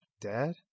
Dad